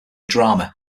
drama